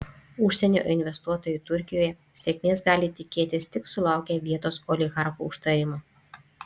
užsienio investuotojai turkijoje sėkmės gali tikėtis tik sulaukę vietos oligarchų užtarimo